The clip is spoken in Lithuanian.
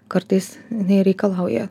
kartais jinai reikalauja